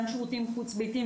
גם שירותים חוץ ביתיים.